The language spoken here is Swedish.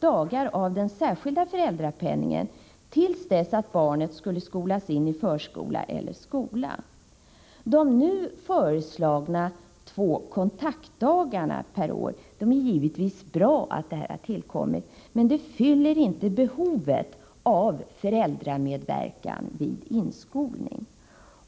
dagar av den särskilda föräldrapenningen till dess barnet skulle skolas in i förskola eller skola. De nu föreslagna två kontaktdagarna per år är givetvis bra men fyller inte behovet av föräldramedverkan vid inskolning.